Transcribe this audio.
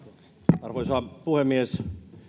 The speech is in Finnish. arvoisa puhemies